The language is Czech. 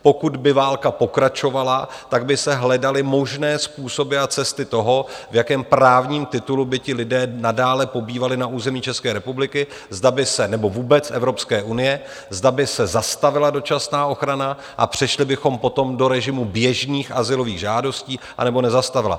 Pokud by válka pokračovala, tak by se hledaly možné způsoby a cesty toho, v jakém právním titulu by ti lidé nadále pobývali na území České republiky, zda by se nebo vůbec Evropské unie zda by se zastavila dočasná ochrana a přešli bychom potom do režimu běžných azylových žádostí, anebo nezastavila.